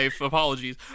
Apologies